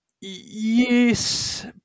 Yes